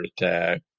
attack